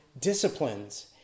disciplines